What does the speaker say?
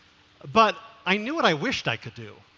but i knew what i wished i could do.